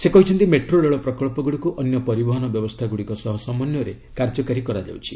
ସେ କହିଛନ୍ତି ମେଟ୍ରୋ ରେଳ ପ୍ରକ୍ସଗୁଡ଼ିକୁ ଅନ୍ୟ ପରିବହନ ବ୍ୟବସ୍ଥାଗୁଡ଼ିକ ସହ ସମନ୍ୱୟରେ କାର୍ଯ୍ୟକାରୀ କରାଯାଉଛି